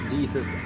Jesus